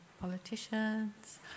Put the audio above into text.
politicians